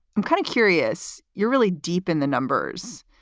i'm kind of curious. you're really deep in the numbers.